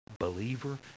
believer